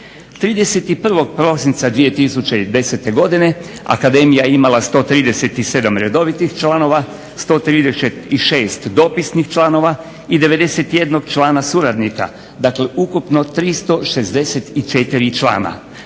31. prosinca 2010. godine akademija je imala 137 redovitih članova, 136 dopisnih članova i 91 člana suradnika. Dakle, ukupno 364 člana.